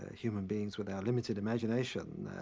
human beings, with our limited imagination, ah,